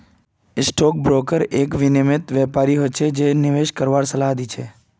stock broker एक विनियमित व्यापारी हो छै जे निवेश करवार सलाह दी छै